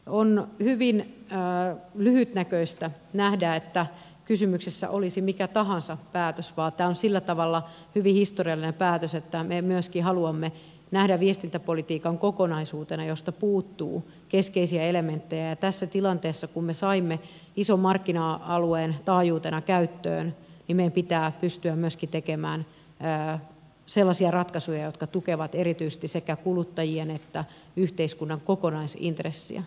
on hyvin lyhytnäköistä nähdä että kysymyksessä olisi mikä tahansa päätös vaan tämä on sillä tavalla hyvin historiallinen päätös että me myöskin haluamme nähdä viestintäpolitiikan kokonaisuutena josta puuttuu keskeisiä elementtejä ja tässä tilanteessa kun me saimme ison markkina alueen taajuutena käyttöön meidän pitää pystyä myöskin tekemään sellaisia ratkaisuja jotka tukevat erityisesti sekä kuluttajien että yhteiskunnan kokonaisintressiä